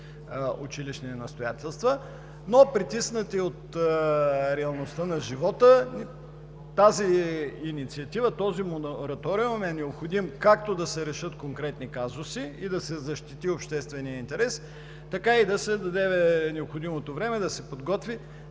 училищни настоятелства, но притиснати от реалността на живота, тази инициатива, този мораториум е необходим както да се решат конкретни казуси и да се защити общественият интерес, така и да се даде необходимото време да се подготви